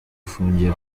afungiye